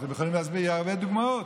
אתם יכולים להצביע על הרבה דוגמאות.